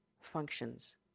functions